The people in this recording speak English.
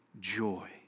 joy